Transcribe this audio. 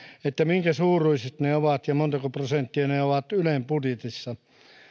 että minkä suuruiset ne ovat ja montako prosenttia ne ovat ylen budjetissa